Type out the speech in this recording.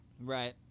Right